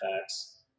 facts